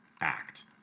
act